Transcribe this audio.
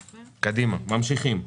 ממשיכים.